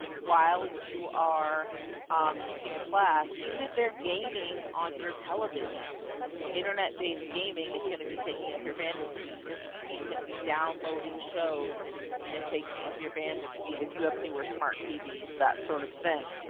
while you are teaching a class, even if their gaming on your tv internet based gaming is going to be taking up your bandwidth speed, your tv can be downloading shows and taking up your bandwidth speed if you have newer smart tvs that sort of thing.